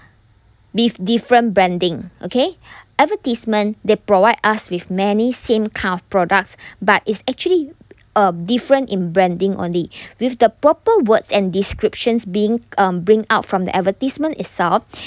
with different branding okay advertisement they provide us with many same kind of products but is actually um different in branding only with the proper words and descriptions being um bring out from the advertisement itself